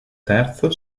terzo